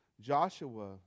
Joshua